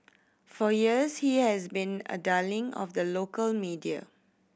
for years he has been a darling of the local media